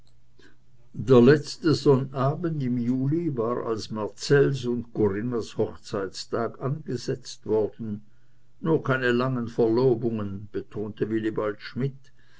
der letzte sonnabend im juli war als marcells und corinnas hochzeitstag angesetzt worden nur keine langen verlobungen betonte wilibald schmidt